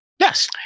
Yes